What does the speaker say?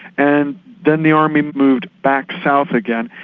and then the army moved back south again.